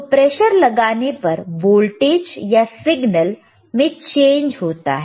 तो प्रेशर लगाने पर वोल्टेज या सिग्नल में चेंज होता है